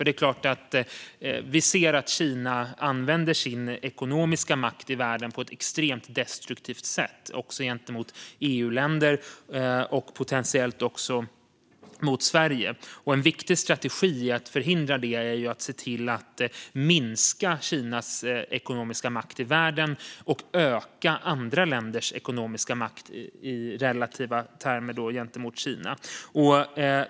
Det är klart att vi ser att Kina använder sin ekonomiska makt i världen på ett extremt destruktivt sätt, också gentemot EU-länder och potentiellt även mot Sverige. En viktig strategi för att förhindra det är att se till att minska Kinas ekonomiska makt i världen och öka andra länders ekonomiska makt i relativa termer gentemot Kina.